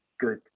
Good